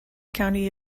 county